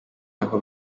aho